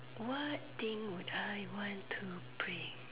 what thing would I want to bring